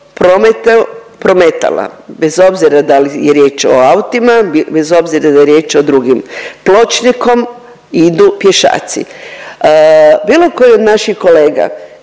prometala, bez obzira da li je riječ o autima, bez obzira da je riječ o drugim. Pločnikom idu pješaci. Bilo koji od naših kolega